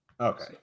Okay